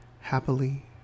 happily